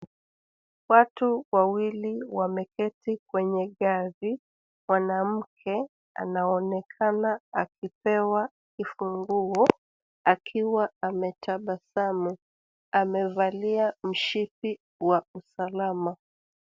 Watu wawili wameketi kwenye gari. Mwanamke anaonekana akipewa kifunguo akiwa ametabasamu. Amevalia mshipi wa usalama.